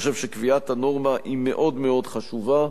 אני חושב שקביעת הנורמה היא מאוד מאוד חשובה,